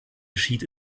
geschieht